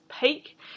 peak